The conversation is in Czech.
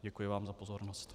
Děkuji vám za pozornost.